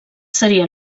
seria